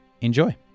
enjoy